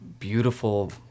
beautiful